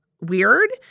weird